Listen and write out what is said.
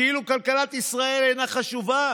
כאילו כלכלת ישראל אינה חשובה.